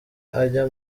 ajya